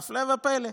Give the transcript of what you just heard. והפלא ופלא,